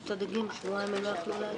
לשאול.